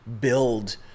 build